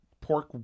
pork